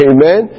Amen